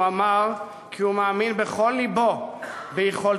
הוא אמר כי הוא מאמין בכל לבו ביכולתנו